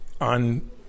on